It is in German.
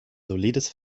solides